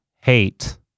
hate